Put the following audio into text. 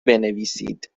بنویسید